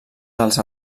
dels